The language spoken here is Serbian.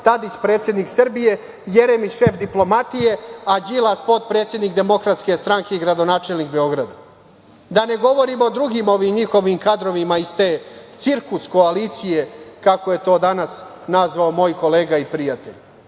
Tadić predsednik Srbije, Jeremić šef diplomatije, a Đilas potpredsednik DS i gradonačelnik Beograda. Da ne govorim o drugim njihovim kadrovima iz te cirkus koalicije, kako je to danas nazvao moj kolega i prijatelj. Zato